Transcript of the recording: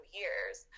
years